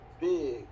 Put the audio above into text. Big